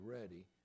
ready